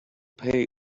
pay